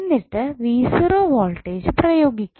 എന്നിട്ട് വോൾട്ടേജ് പ്രയോഗിക്കാം